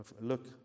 Look